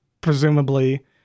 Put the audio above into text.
presumably